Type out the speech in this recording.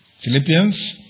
Philippians